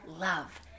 love